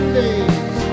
days